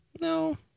No